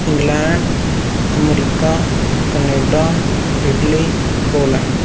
England America Canada Italy Poland